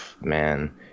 man